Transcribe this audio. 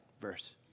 verse